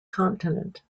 continent